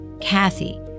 Kathy